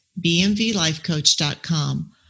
bmvlifecoach.com